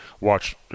watch